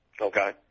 Okay